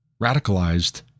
radicalized